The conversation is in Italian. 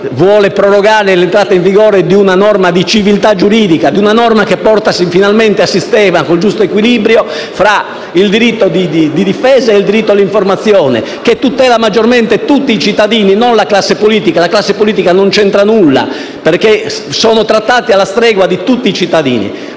vuole prorogare l'entrata in vigore di una norma di civiltà giuridica, che porta finalmente a sistema il giusto equilibrio tra il diritto di difesa e il diritto all'informazione, che tutela maggiormente tutti i cittadini e non la classe politica, che non c'entra nulla perché è trattata alla stregua di tutti i cittadini.